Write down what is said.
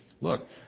look